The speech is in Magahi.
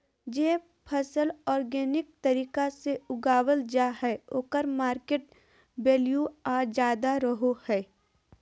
जे फसल ऑर्गेनिक तरीका से उगावल जा हइ ओकर मार्केट वैल्यूआ ज्यादा रहो हइ